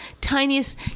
tiniest